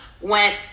went